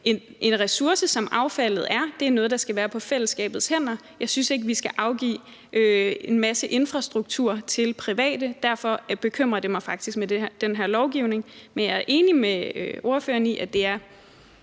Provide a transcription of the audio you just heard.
en ressource, som affaldet er, er noget, der skal være på fællesskabets hænder. Jeg synes ikke, vi skal afgive en masse infrastruktur til private, og derfor bekymrer det mig faktisk med den her lovgivning. Men jeg er enig med spørgeren i, at det i